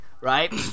Right